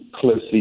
closely